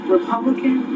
Republican